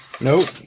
Nope